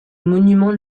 monument